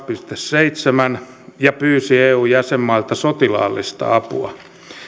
piste seitsemään ja pyysi eun jäsenmailta sotilaallista apua